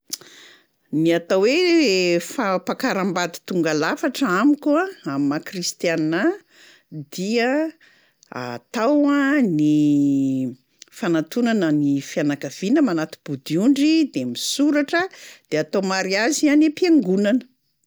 Ny atao hoe fampakaram-bady tonga lafatra amiko a amin'ny maha-kristiana ahy dia atao a ny fanantonana ny fianakaviana, manati-bodiondry de misoratra, de atao mariazy any am-piangonana.